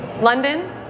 London